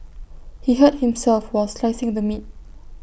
he hurt himself while slicing the meat